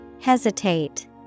Hesitate